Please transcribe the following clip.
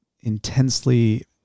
intensely